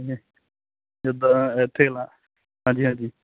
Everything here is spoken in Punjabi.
ਜਿਦਾਂ ਇੱਥੇ ਨਾ ਹਾਂਜੀ ਹਾਂਜੀ